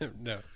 No